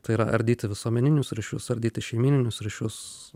tai yra ardyti visuomeninius ryšius ardyti šeimyninius ryšius